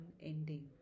unending